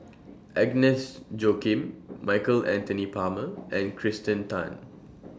Agnes Joaquim Michael Anthony Palmer and Kirsten Tan